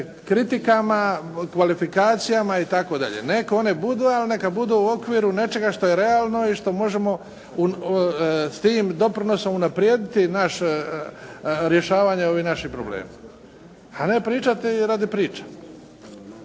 kritikama, kvalifikacijama itd. Neka one budu, ali neka budu u okviru nečega što je realno i što možemo s tim doprinosom unaprijediti naš rješavanje ovih naših problema. A ne pričati radi priče.